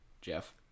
Jeff